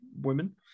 women